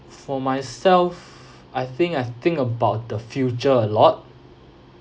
for myself I think I think about the future a lot